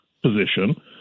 position